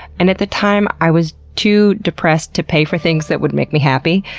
and at the time i was too depressed to pay for things that would make me happy,